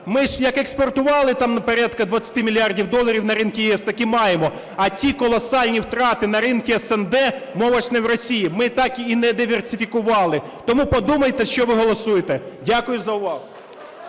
Ми ж як експортували там порядку двадцяти мільярдів доларів на ринки ЄС, так і маємо, а ті колосальні втрати на ринку СНД, мова ж не про Росію, ми так і не диверсифікували. Тому подумайте, що ви голосуєте. Дякую за увагу.